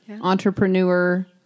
entrepreneur